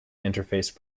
interface